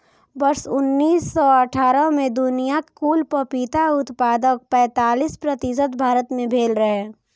वर्ष उन्नैस सय अट्ठारह मे दुनियाक कुल पपीता उत्पादनक पैंतालीस प्रतिशत भारत मे भेल रहै